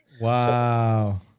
Wow